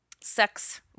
sex